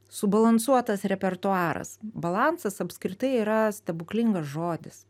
subalansuotas repertuaras balansas apskritai yra stebuklingas žodis